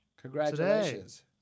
Congratulations